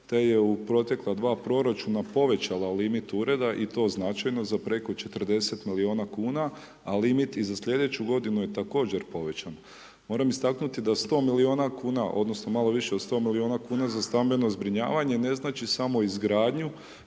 te je u protekla dva proračuna povećala limit Ureda i to značajno za preko 40 milijuna kuna, a limit i za slijedeću godinu je također povećan. Moram istaknuti da 100 milijuna kuna odnosno malo više od 100 milijuna kuna za stambeno zbrinjavanje ne znači samo izgradnju,